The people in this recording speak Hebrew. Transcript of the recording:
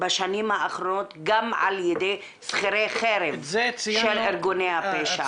בשנים האחרונות גם על ידי שכירי חרב של ארגוני הפשע.